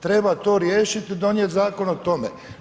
Treba to riješiti i donijeti zakon o tome.